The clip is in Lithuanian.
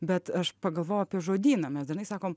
bet aš pagalvojau apie žodyną mes dažnai sakom